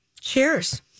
Cheers